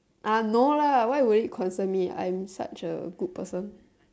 ah no lah why would it concern me I'm such a good person